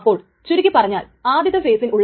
അതുകൊണ്ട് ഉദ്ദേശിക്കുന്നത് എന്താണ്